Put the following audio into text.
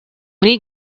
need